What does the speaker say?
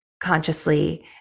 consciously